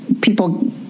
people